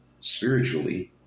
spiritually